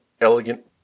elegant